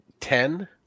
ten